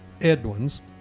Edwin's